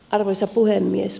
arvoisa puhemies